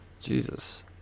Jesus